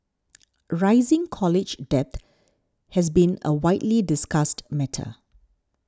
rising college debt has been a widely discussed matter